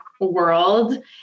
world